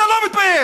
אתה לא מתבייש.